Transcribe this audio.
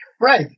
Right